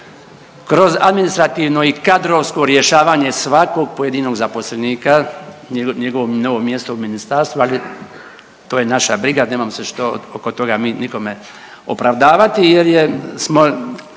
kroz administrativno i kadrovsko rješavanje svakog pojedinog zaposlenika, njegovo novo mjesto u Ministarstvu ali to je naša briga, nemam se što oko toga nikome opravdavati jer je